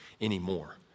anymore